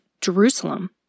Jerusalem